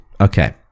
Okay